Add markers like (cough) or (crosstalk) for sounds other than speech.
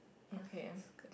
okay (breath)